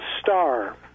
star